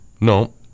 no